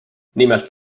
nimelt